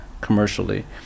commercially